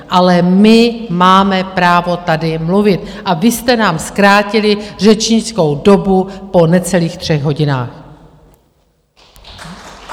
Ale my máme právo tady mluvit a vy jste nám zkrátili řečnickou dobu po necelých třech hodinách.